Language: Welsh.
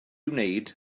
wneud